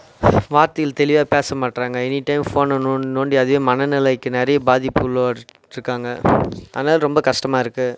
வார்த்தைகள் தெளிவாக பேசமாட்டேறாங்க எனி டைம் ஃபோனை நோண்டி நோண்டி அதே மன நிலைக்கு நிறைய பாதிப்பு உள்ளாகிட்டுட்ருக்காங்க அதனாலே ரொம்ப கஷ்டமாக இருக்குது